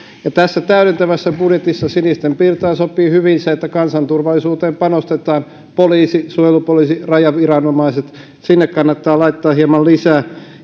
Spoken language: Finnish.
tässä täydentävässä budjetissa sinisten pirtaan sopii hyvin se että kansanturvallisuuteen panostetaan poliisiin suojelupoliisiin rajaviranomaisiin sinne kannattaa laittaa hieman lisää